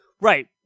right